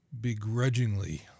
Begrudgingly